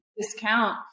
discount